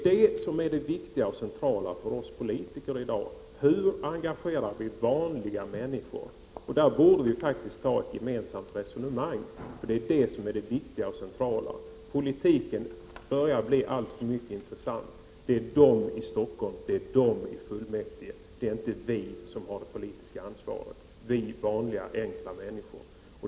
Det viktiga och centrala för oss politiker i dag är hur vi kan engagera vanliga människor. Om det borde vi faktiskt föra ett gemensamt resonemang. Politiken börjar bli alltför ointressant; det är ”de” i Stockholm och ”de” i fullmäktige — det är inte vi vanliga, enkla människor som har det politiska ansvaret.